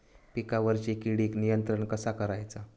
पिकावरची किडीक नियंत्रण कसा करायचा?